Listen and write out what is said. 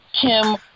Kim